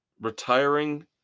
retiring